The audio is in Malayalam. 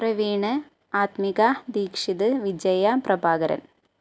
പ്രവീൺ ആത്മിക ദീക്ഷിത് വിജയ പ്രഭാകരൻ